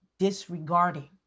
disregarding